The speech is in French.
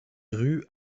rues